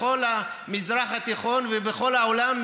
בכל המזרח התיכון ובכל העולם,